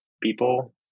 people